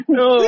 no